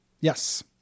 Yes